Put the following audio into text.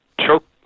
choke